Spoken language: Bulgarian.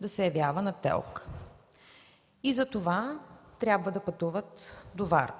да се явява на ТЕЛК и затова трябва да пътува до Варна.